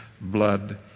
blood